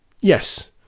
Yes